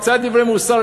קצת דברי מוסר,